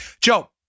Joe